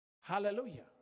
Hallelujah